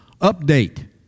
Update